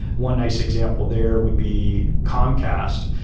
one nice example there would be comcast.